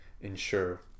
ensure